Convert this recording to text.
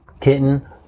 kitten